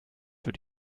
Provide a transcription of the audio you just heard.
für